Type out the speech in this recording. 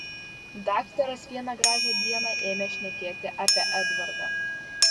daktaras vieną gražią dieną ėmė šnekėti apie edvardą